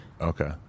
okay